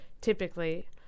Typically